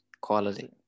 quality